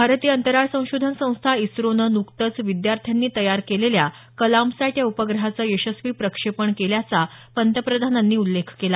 भारतीय अंतराळ संशोधन संस्था इस्रोनं नुकतंच विद्यार्थ्यांनी तयार केलेल्या कलामसॅट या उपग्रहाचं यशस्वी प्रक्षेपण केल्याचा पंतप्रधानांनी उल्लेख केला